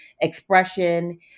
expression